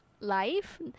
life